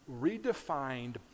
redefined